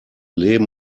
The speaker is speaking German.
leben